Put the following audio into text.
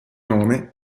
nome